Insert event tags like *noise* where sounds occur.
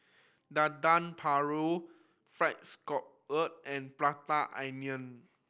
Dendeng Paru Fried Scallop *unintelligible* and Prata Onion